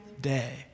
day